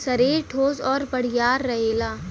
सरीर ठोस आउर बड़ियार रहेला